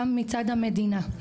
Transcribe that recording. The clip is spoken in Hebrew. גם מצד המדינה,